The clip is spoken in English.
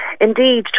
Indeed